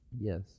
yes